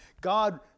God